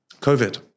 COVID